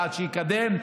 צעד שיקדם,